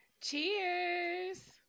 Cheers